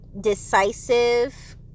decisive